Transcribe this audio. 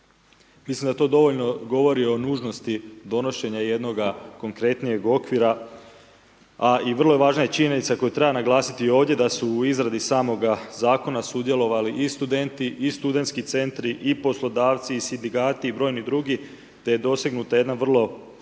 Mislim da to dovoljno govori o nužnosti donošenje jednoga konkretnijeg okvira a i vrlo je važna činjenica koju treba naglasiti ovdje, da su u izradi samoga zakona sudjelovali i studenti i studentski centri i poslodavci i sindikati i brojni drugi, te je dosegnuta jedna vrlo visoka